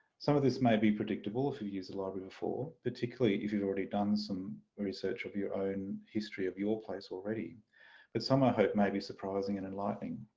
some of this may be predictable if you've used the library before, particularly if you've already done some research of your own history of your place already but some i hope may be surprising and enlightening.